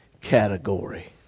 category